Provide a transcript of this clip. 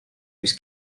mis